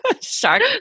Shark